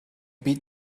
beat